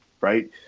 right